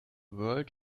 world